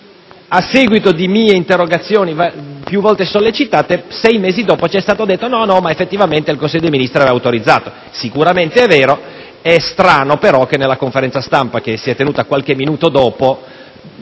A seguito di mie interrogazioni, più volte sollecitate, sei mesi dopo ci è stato detto che effettivamente il Consiglio dei Ministri l'aveva autorizzata: sicuramente è vero, ma è strano che nella conferenza stampa tenutasi qualche minuto dopo